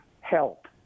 help